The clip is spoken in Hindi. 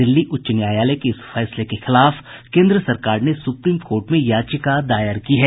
दिल्ली उच्च न्यायालय के इस फैसले के खिलाफ केन्द्र सरकार ने सुप्रीम कोर्ट में याचिका दायर की है